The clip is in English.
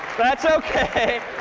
that's ok.